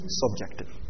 subjective